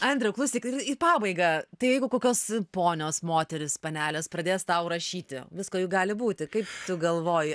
andriau klausyk į pabaigą tai jeigu kokios ponios moterys panelės pradės tau rašyti visko juk gali būti kaip tu galvoji